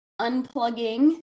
unplugging